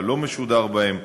מה לא משודר בהם.